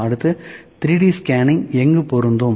அடுத்து 3D scanning எங்கு பொருந்தும்